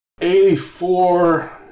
84